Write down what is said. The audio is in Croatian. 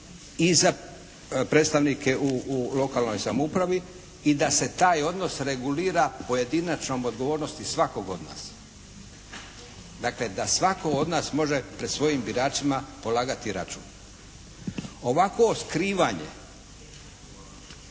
i za predstavnike u lokalnoj samoupravi i da se taj odnos regulira pojedinačnom odgovornosti svakog od nas. Dakle da svatko od nas može pred svojim biračima polagati račun. Ovako skrivanje